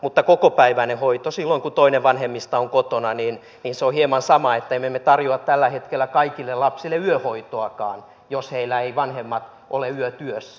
mutta kokopäiväinen hoito silloin kun toinen vanhemmista on kotona on hieman sama kuin se ettemme tarjoa tällä hetkellä kaikille lapsille yöhoitoakaan jos heillä eivät vanhemmat ole yötyössä